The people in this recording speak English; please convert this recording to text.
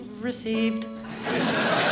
received